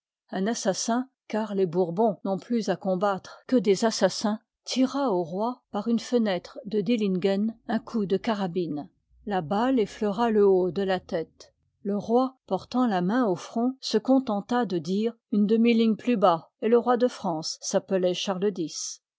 que des assassins tira au pioi par une fenêtre de dilligen un coup de carabine la balle effleura le haut de la tête le roi portant la main au front se contenta de dire une demi ligne plus bas et le roi de france s'appeloit charles x